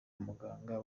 umuganga